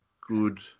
good